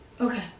Okay